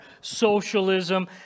socialism